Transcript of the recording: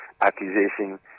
accusation